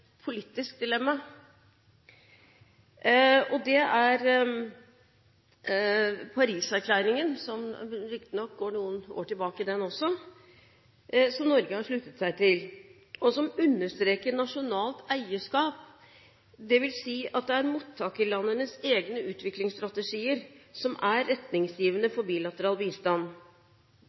som riktignok går noen år tilbake, den også – som Norge har sluttet seg til, og som understreker nasjonalt eierskap, dvs. at det er mottakerlandenes egne utviklingsstrategier som er retningsgivende for bilateral bistand.